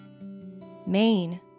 Maine